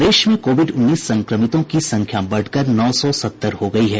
प्रदेश में कोविड उन्नीस संक्रमितों की संख्या बढ़कर नौ सौ सत्तर हो गयी है